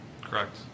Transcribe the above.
Correct